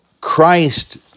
Christ